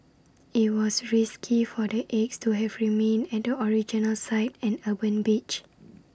IT was risky for the eggs to have remained at the original site an urban beach